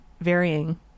varying